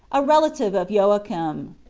a relative of joachim.